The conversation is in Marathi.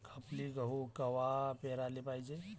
खपली गहू कवा पेराले पायजे?